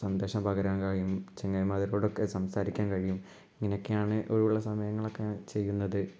സന്ദേശം പകരാൻ കഴിയും ചങ്ങായിമാരോടൊക്കെ സംസാരിക്കാൻ കഴിയും ഇങ്ങനൊക്കെയാണ് ഒഴിവുള്ള സമയങ്ങളക്കെ ചെയ്യുന്നത്